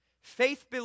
Faith